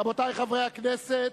רבותי חברי הכנסת,